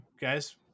guys